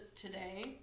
today